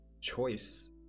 choice